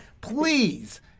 please